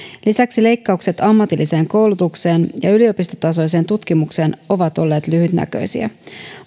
lisäksi leikkaukset ammatilliseen koulutukseen ja yliopistotasoiseen tutkimukseen ovat olleet lyhytnäköisiä